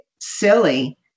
silly